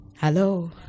Hello